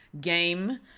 game